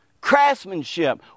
craftsmanship